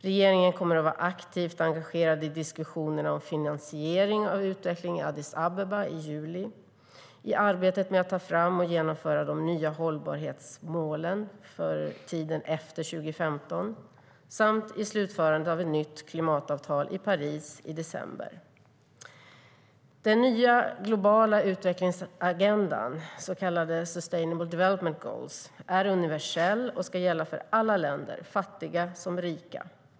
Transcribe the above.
Regeringen kommer att vara aktivt engagerad i diskussionerna om finansiering av utveckling i Addis Abeba i juli, i arbetet med att ta fram och genomföra de nya hållbarhetsmålen för tiden efter 2015 samt i slutförandet av ett nytt klimatavtal i Paris i december. Den nya globala utvecklingsagendan, de så kallade sustainable development goals, är universell och ska gälla för alla länder, fattiga som rika.